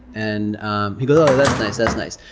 and um he goes, oh, that's nice, that's nice.